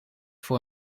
voor